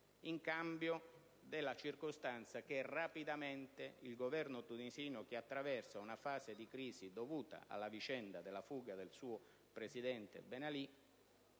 in cambio della circostanza che rapidamente il Governo tunisino - che attraversa una fase di crisi dovuta alla vicenda della fuga del suo Presidente Ben